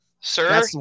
Sir